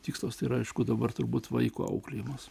tikslas ir aišku dabar turbūt vaiko auklėjimas